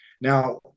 Now